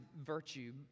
virtue